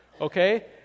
Okay